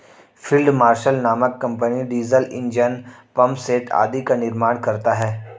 field marshal नामक company diesel engine, pump set आदि का निर्माण करता है